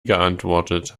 geantwortet